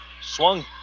swung